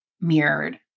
mirrored